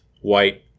white